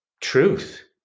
truth